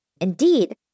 Indeed